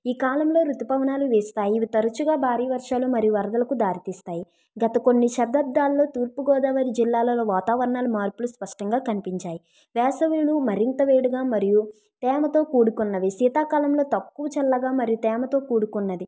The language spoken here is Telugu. ఈ కాలంలో ఋతుపవనాలు వీస్తాయి ఇవి తరుచుగా భారీ వర్షాలు మరియు వరదలకు దారితీస్తాయి గత కొన్ని శతాబ్దాల్లో తూర్పు గోదావరి జిల్లాలలో వాతావరణం మార్పులు స్పష్టంగా కనిపించాయి వేసవులు మరింత వేడిగా మరియు తేమతో కూడుకున్నవి శీతాకాలంలో తక్కువ చల్లగా మరియు తేమతో కూడుకున్నది